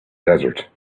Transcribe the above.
desert